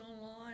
online